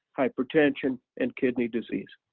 hypertension, and kidney disease.